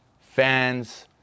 fans